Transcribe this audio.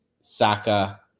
Saka